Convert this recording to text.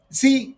see